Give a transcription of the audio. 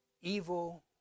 evil